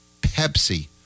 Pepsi